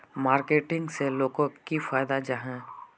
Marketing से लोगोक की फायदा जाहा?